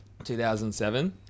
2007